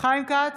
חיים כץ,